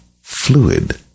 fluid